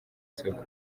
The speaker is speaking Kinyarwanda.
soko